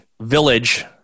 village